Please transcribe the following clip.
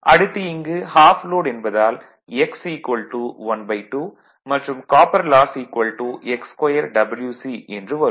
அடுத்து இங்கு off load என்பதால் x 12 மற்றும் காப்பர் லாஸ் x2Wc என்று வரும்